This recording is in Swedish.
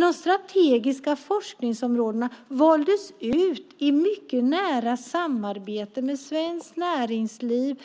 De strategiska forskningsområdena valdes ut i mycket nära samarbete med svenskt näringsliv,